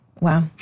Wow